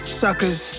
suckers